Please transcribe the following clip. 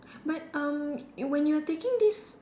but um you when you are taking this